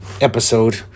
episode